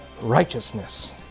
righteousness